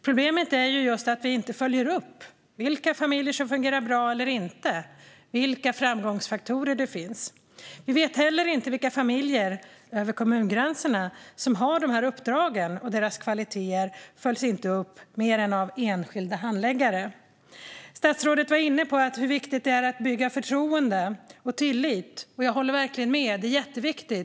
Problemet är just att vi inte följer upp vilka familjer som fungerar bra och vilka som inte gör det. Vi följer inte upp vilka framgångsfaktorer det finns. Vi vet heller inte vilka familjer, över kommungränserna, som har dessa uppdrag, och deras kvalitet följs inte upp mer än av enskilda handläggare. Statsrådet var inne på hur viktigt det är att bygga förtroende och tillit. Jag håller verkligen med; det är jätteviktigt.